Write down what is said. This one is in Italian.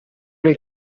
lei